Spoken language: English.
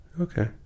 Okay